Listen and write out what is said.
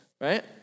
right